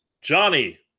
Johnny